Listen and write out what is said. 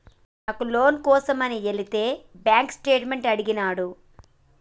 నాను లోను కోసమని ఎలితే బాంక్ స్టేట్మెంట్ అడిగినాడు